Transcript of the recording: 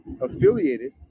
affiliated